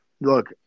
look